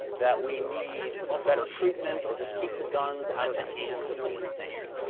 that we need better treatment or just keep the guns out of the hands of the insane.